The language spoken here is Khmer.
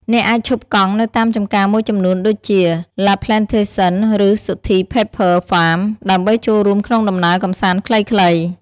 អ្នកអាចឈប់កង់នៅតាមចំការមួយចំនួនដូចជា La Plantation ឬ Sothy's Pepper Farm ដើម្បីចូលរួមក្នុងដំណើរកម្សាន្តខ្លីៗ។